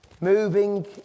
moving